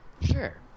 Sure